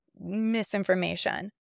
misinformation